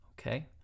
Okay